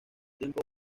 tiempo